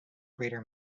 greater